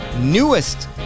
newest